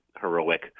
heroic